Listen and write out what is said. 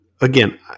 again